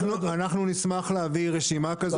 אנחנו נשמח להביא רשימה כזאת.